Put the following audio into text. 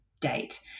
date